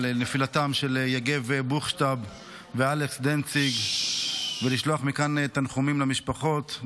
נפילתם של יגב בוכשטב ואלכס דנציג ולשלוח מכאן תנחומים למשפחות,